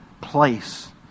place